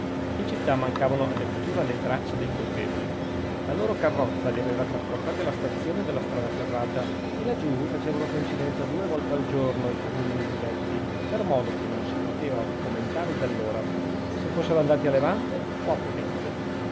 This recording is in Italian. in città mancavano a dirittura le tracce dei colpevoli la loro carrozza li aveva trasportati alla stazione della strada ferrata e laggiù facevano coincidenza due volte al giorno i treni diretti per modo che non si poteva argomentare dall'ora se fossero andati a levante o a ponente